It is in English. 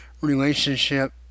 relationship